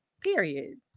period